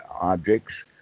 objects